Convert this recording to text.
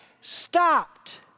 stopped